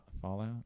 Fallout